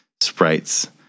sprites